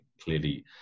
clearly